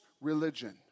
religion